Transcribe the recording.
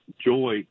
joy